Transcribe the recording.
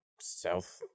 south